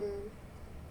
mm